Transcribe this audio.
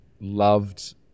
loved